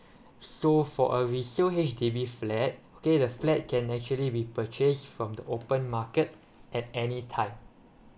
so for a resale H_D_B flat okay the flat can actually be purchased from the open market at any time